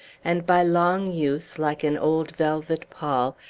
and by long use, like an old velvet pall,